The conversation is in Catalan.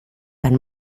van